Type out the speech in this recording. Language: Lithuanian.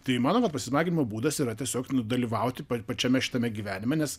tai ir man vat pasismaginimo būdas yra tiesiog dalyvauti pačiame šitame gyvenime nes